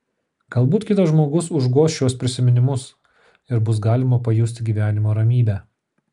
galbūt kitas žmogus užgoš šiuos prisiminimus ir bus galima pajusti gyvenimo ramybę